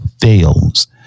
fails